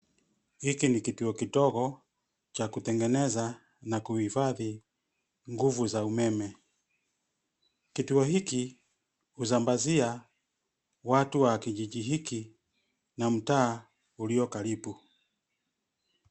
Hiki ni kituo kidogo cha kutengeneza na kuhifadhi nguvu za umeme. Kituo hiki husambazia watu wa kijiji hiki na mtaa ulio karibu.